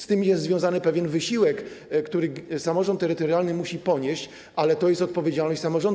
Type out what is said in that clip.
Z tym jest związany pewien wysiłek, który samorząd terytorialny musi ponieść, ale to jest odpowiedzialność samorządu.